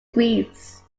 grease